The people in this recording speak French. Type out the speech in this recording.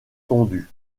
tondu